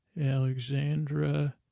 Alexandra